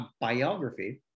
biography